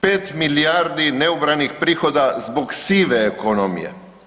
5 milijardi neubranih prihoda zbog sive ekonomije.